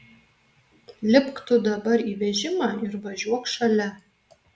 lipk tu dabar į vežimą ir važiuok šalia